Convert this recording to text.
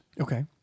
Okay